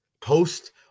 post